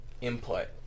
input